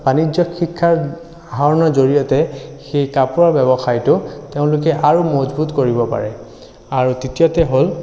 বাণিজ্য শিক্ষা আহৰণৰ জৰিয়তে সেই কাপোৰৰ ব্যৱসায়টো তেওঁলোকে আৰু মজবুত কৰিব পাৰে আৰু তৃতীয়তে হ'ল